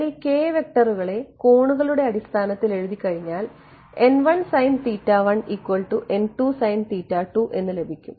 നിങ്ങൾ ഈ k വെക്റ്ററുകളെ കോണുകളുടെ അടിസ്ഥാനത്തിൽ എഴുതിക്കഴിഞ്ഞാൽ എന്ന് ലഭിക്കും